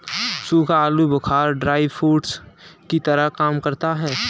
सूखा आलू बुखारा ड्राई फ्रूट्स की तरह काम करता है